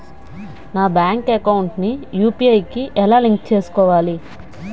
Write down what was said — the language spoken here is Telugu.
నా బ్యాంక్ అకౌంట్ ని యు.పి.ఐ కి ఎలా లింక్ చేసుకోవాలి?